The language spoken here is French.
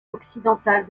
occidentale